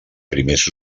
primers